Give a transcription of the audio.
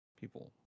people